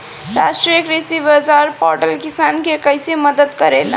राष्ट्रीय कृषि बाजार पोर्टल किसान के कइसे मदद करेला?